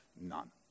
none